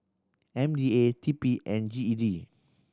M D A T P and G E D